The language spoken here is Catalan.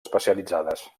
especialitzades